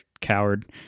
coward